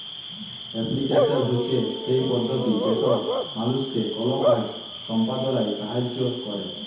application হছে সেই পদ্ধতি যেট মালুসকে কল কাজ সম্পাদলায় সাহাইয্য ক্যরে